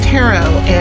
Tarot